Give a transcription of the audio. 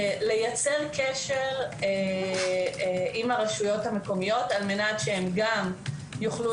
ליצור קשר עם הרשויות המקומיות על מנת שהן גם יוכלו